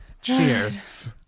Cheers